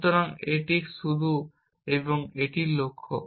সুতরাং এটিই শুরু এবং এটিই লক্ষ্য